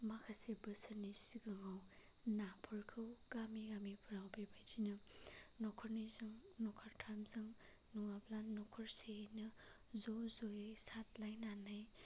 माखासे बोसोरनि सिगाङाव नाफोरखौ गामि गामिफ्राव बेबादिनो नखरनैजों नखरथामजों नङाब्ला नखरसेयैनो ज' जयै सारलायनानै गोबां